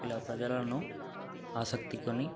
ఇలా ప్రజలను ఆసక్తితో